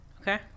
Okay